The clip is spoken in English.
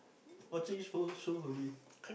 watching show shows only